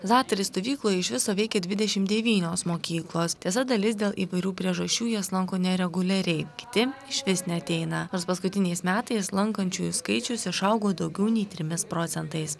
zatori stovykloje iš viso veikia dvidešimt devynios mokyklos tiesa dalis dėl įvairių priežasčių jas lanko nereguliariai kiti išvis neateina nors paskutiniais metais lankančiųjų skaičius išaugo daugiau nei trimis procentais